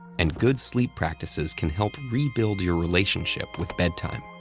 and good sleep practices can help rebuild your relationship with bedtime.